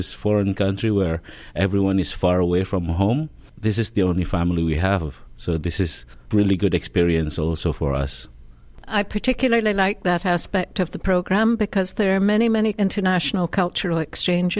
is foreign country where everyone is far away from home this is the only family we have so this is a really good experience also for us i particularly like that aspect of the program because there are many many international cultural exchange